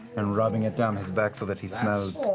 and rubbing it down his back so that he smells